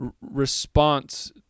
response